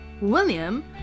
William